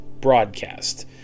broadcast